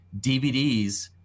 DVDs